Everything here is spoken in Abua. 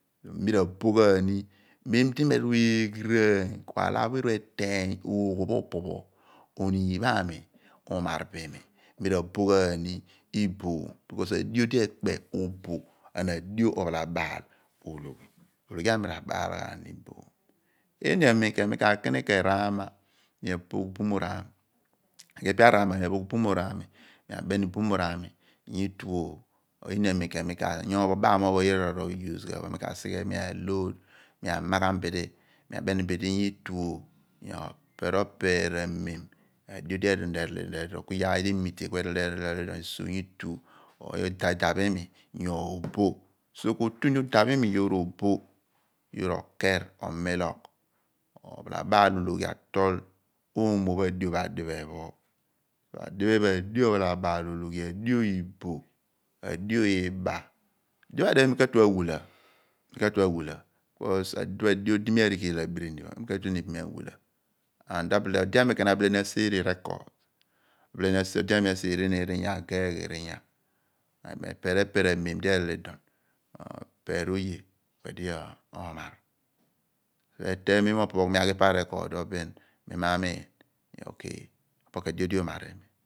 Mi ra boh ghan ni mem di me eeru eghiraany ku aala pho eeru eteeny ooghu pho opo pho oniin pho ami uumar bo imi ku mi ra boh ghen because edighi dio ophalabaal ologhi. Ologhi aami r'abaal ghan ni iboom, iini amen mi ka kini ken raama apogh bumurr ami ku iini iini amem mi ka sigh obaam ophon yira r'obaam ghan ku mi amagh bidi ku mi abem mo hello, oper oper amem ku idi iyaar di erol idipho emite so itu idaph iimi oboh ku ko tuny udagh iimi yoor oboh yoor okerr, omilogh, ophalabaal ologhi atol oomo pho adio pho adiphe idi edighi bo adio ibob, adio iḅah dio pho adiphe mi ka/tue ạwula because opo ku adio di mi aaru abinni pho ku ode ayer abile ni ken aseere record abile ageeghi riinya mo opeer amem di erol idum opeer oye ku edi oomar ku eteeny dio pho adiphe bin mi maghi pa record pho nyi so ophon ku adio di uumar iimi.